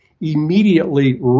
immediately